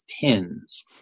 pins